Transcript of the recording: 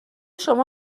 شما